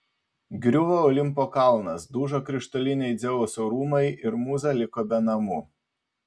griuvo olimpo kalnas dužo krištoliniai dzeuso rūmai ir mūza liko be namų